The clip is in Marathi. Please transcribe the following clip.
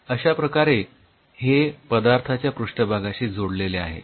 अश्या प्रकारे हे पदार्थाच्या पृष्ठभागाशी जोडलेले आहे